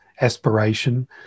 aspiration